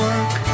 Work